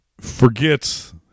forgets